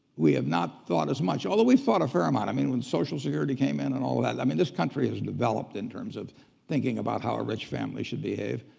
we have not thought as much, although we've thought a fair amount. i mean when social security came in and all that, i mean this country have developed in terms of thinking about how a rich family should behave,